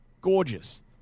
gorgeous